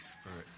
Spirit